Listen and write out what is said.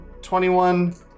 21